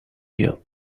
you